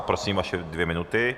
Prosím, vaše dvě minuty.